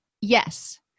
Yes